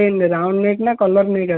round neck ନା collar neck